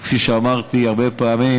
כפי שאמרתי, הרבה פעמים